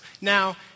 Now